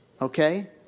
Okay